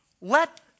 let